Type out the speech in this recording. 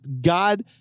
God